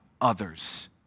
others